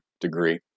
degree